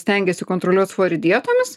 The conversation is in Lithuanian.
stengiasi kontroliuot svorį dietomis